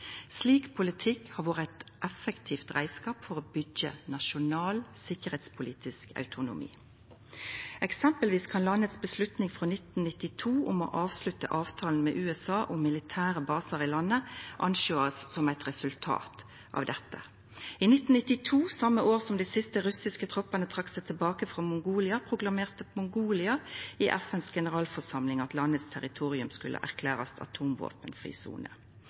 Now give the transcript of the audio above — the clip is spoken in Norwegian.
Slik politikk har vore ein effektiv reiskap for å byggja nasjonal sikkerheitspolitisk autonomi. Eksempelvis kan ein sjå på avgjerda i landet frå 1992, om å avslutta avtalen med USA om militære basar i landet, som eit resultat av dette. I 1992, det same året som dei siste russiske troppane trekte seg tilbake frå Mongolia, proklamerte Mongolia i FNs generalforsamling at landets territorium skulle erklærast som ei atomvåpenfri sone.